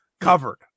covered